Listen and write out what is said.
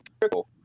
trickle